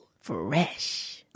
Fresh